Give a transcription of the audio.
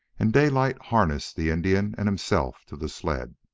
and daylight harnessed the indian and himself to the sled.